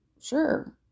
sure